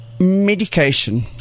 Medication